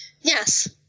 Yes